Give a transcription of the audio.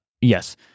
Yes